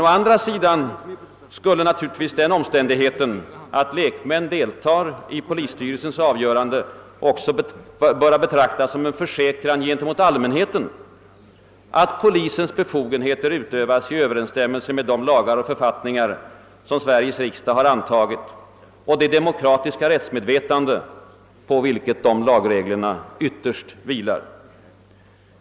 Å andra sidan kan den omständigheten att lekmän deltar i polisstyrelsens avgöranden betraktas som en försäkran gentemot allmänheten, att polisens befogenheter utövas i överensstämmelse med de lagar och författningar, som Sveriges riksdag antagit, och det demokratiska rättsmedvetande, på vilket dessa lagregler ytterst vilar.